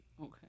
Okay